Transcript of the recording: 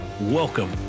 Welcome